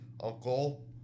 Uncle